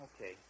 Okay